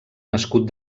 nascut